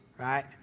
right